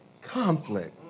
conflict